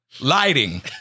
lighting